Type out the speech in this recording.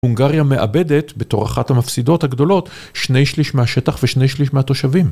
הונגריה מאבדת בתור אחת המפסידות הגדולות שני שליש מהשטח ושני שליש מהתושבים.